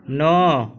ନଅ